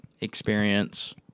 experience